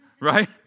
right